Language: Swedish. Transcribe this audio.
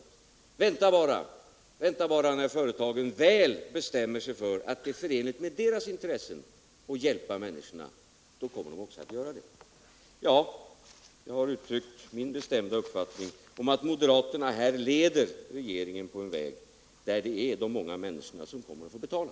Vänta bara, säger man, tills företagen väl bestämmer sig för att det är förenligt med deras intressen att hjälpa människorna — då kommer de också att göra det! Jag har uttryckt min bestämda uppfattning, att moderaterna här leder regeringen på en väg, där det är de många människorna som kommer att få betala.